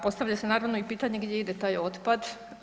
Postavlja se naravno i pitanje gdje ide taj otpad.